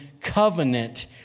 covenant